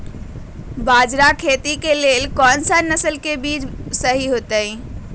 बाजरा खेती के लेल कोन सा नसल के बीज सही होतइ?